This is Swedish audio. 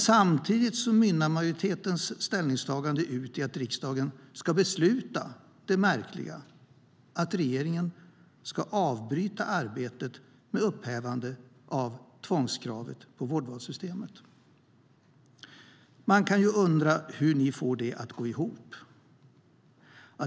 Samtidigt mynnar majoritetens ställningstagande ut i att riksdagen ska besluta att regeringen märkligt nog ska avbryta arbetet med upphävande av tvångskravet på vårdvalssystem. Man kan undra hur majoriteten får det att gå ihop.